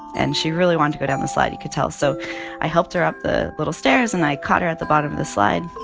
and she really wanted to go down the slide. you could tell. so i helped her up the little stairs, and i caught her at the bottom of the slide.